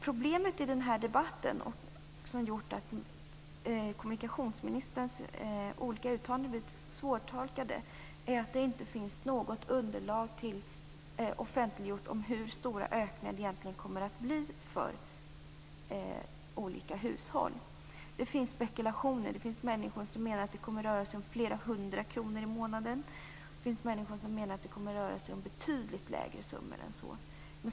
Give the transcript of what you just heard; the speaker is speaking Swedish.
Problemet i debatten och som har gjort kommunikationsministerns uttalanden svårtolkade är att det inte finns något underlag offentliggjort om hur stora ökningarna kommer att bli för olika hushåll. Det spekuleras. Det finns de som menar att det kommer att röra sig om flera hundra kronor i månaden. Det finns de som menar att det kommer att röra sig om betydligt lägre summor än så.